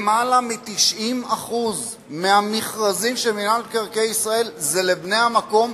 יותר מ-90% מהמכרזים של מינהל מקרקעי ישראל הם לבני המקום,